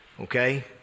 okay